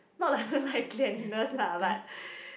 not like I don't like cleanliness lah but